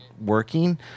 working